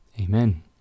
Amen